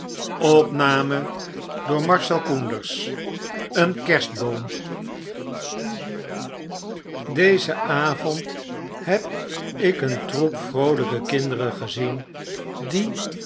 een kerstboom dezen avond heb ik een troep vroolpe kinderen gezien die